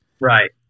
Right